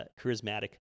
charismatic